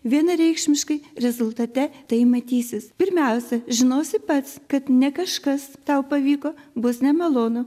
vienareikšmiškai rezultate tai matysis pirmiausia žinosi pats kad ne kažkas tau pavyko bus nemalonu